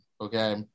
Okay